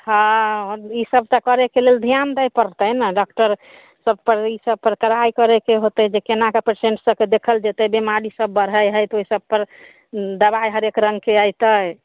हँ इसब तऽ करेके लोग धिआन दै पड़तै ने डाक्टर सब पर इसब पर कड़ाइ करेके होतै जे कोना के पेसेन्ट सबके देखल जेतै बिमाड़ी सब बढ़ै हइ तऽ ओहिसब पर दबाइ हरेक रङके अयतै